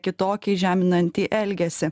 kitokį žeminantį elgesį